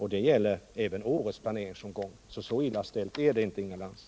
Detta gäller även för årets planeringsomgång. Så illa ställt är det alltså inte, Inga Lantz!